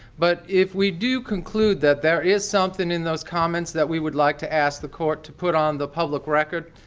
but if we do conclude that there is something in those comments that we would like to ask the court to put on the public record,